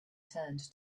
turned